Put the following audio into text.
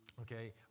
Okay